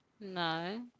No